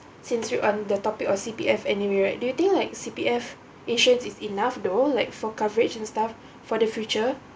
since we're on the topic of C_P_F anyway right do you think like C_P_F insurance is enough though like for coverage and stuff for the future